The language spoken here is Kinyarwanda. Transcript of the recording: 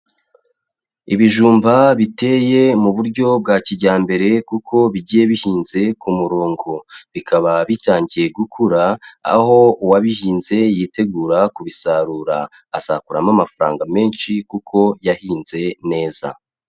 Ibijumba biteye mu buryo bwa kijyambere kuko bigiye bihinze ku murongo, bikaba bitangiye gukura aho uwabihinze yitegura kubisarura, azakuramo amafaranga menshi kuko yahinze neza.